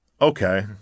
okay